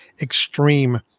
extreme